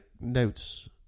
notes